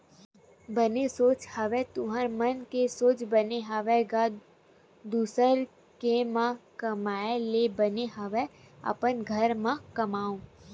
बने सोच हवस तुँहर मन के सोच बने हवय गा दुसर के म कमाए ले बने हवय अपने घर म कमाओ